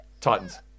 Titans